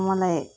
मलाई